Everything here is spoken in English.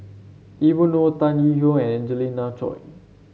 Evon Kow Tan Yee Hong and Angelina Choy